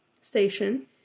Station